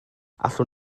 allwn